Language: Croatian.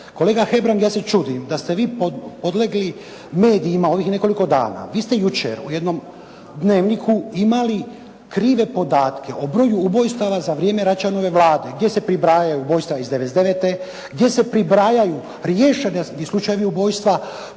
Kolega Hebrang, ja se čudim da ste vi podlegli medijima ovih nekoliko dana. Vi ste jučer u jednom dnevniku imali krive podatke o broju ubojstava za vrijeme Račanove Vlade gdje se pribrajaju ubojstva iz '99. gdje se pribrajaju riješeni i slučajevi ubojstva